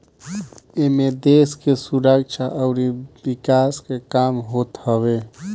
एमे देस के सुरक्षा अउरी विकास के काम होत हवे